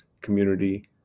community